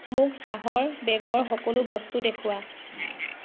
মোক চাহৰ বেগৰ সকলো বস্তু দেখুওৱা